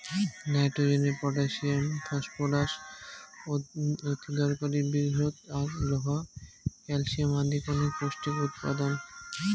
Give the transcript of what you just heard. nitrogen, potassium, phosphorus অতিদরকারী বৃহৎ আর লোহা, ক্যালশিয়াম আদি কণেক পৌষ্টিক উপাদান